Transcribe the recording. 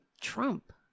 Trump